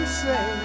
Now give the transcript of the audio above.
say